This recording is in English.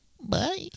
Bye